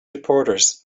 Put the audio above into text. reporters